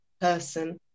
person